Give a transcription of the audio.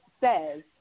says